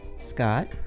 Scott